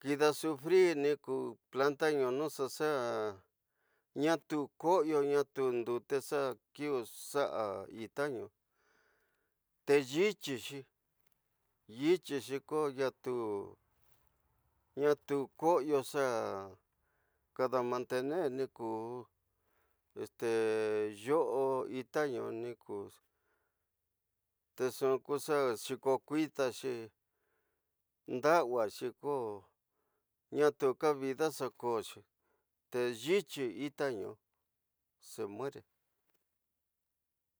kida sufrir niku planeta nu noxa na tu kosoyo, natu ndete xa kii xaa ita nu te yiiyixi, yiyiixi na tu, na tu kosoyo xa kada ndateneri mi ko este iyo. Ita ini nui nku te nxu ku xa xhoko kuitaxi, nde waraxi ko na tu kauda xa koxi te yyityi ita nu